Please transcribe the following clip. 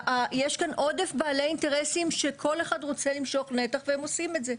יש כאן עודף בעלי אינטרסים שכל אחד רוצה למשוך נתח והם עושים את זה.